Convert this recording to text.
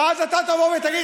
ואז אתה תבוא ותגיד: